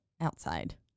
outside